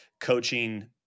coaching